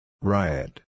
Riot